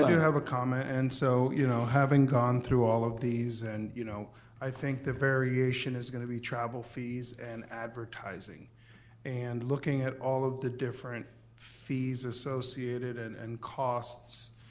i do have a comment and so you know having gone through all of these and you know i think the variation is going to be travel fees and advertising and looking at all of the different fees associated and and costs,